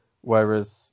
whereas